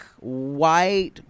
white